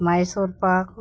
Mysore pak